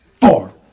four